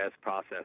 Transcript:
process